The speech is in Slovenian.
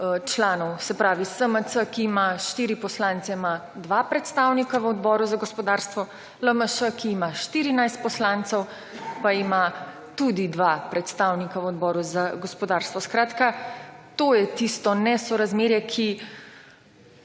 članov. Se pravi, SMC, ki ima 4 poslance, ima 2 predstavnika v Odboru za gospodarstvo, LMŠ, ki ima 14 poslancev, pa ima tudi 2 predstavnika v Odboru za gospodarstvo. Skratka to je tisto nesorazmerje, ki